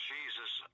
Jesus